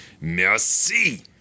merci